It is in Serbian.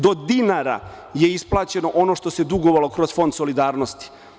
Do dinara je isplaćeno ono što se dugovalo kroz Fond solidarnosti.